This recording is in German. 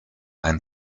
ein